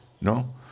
No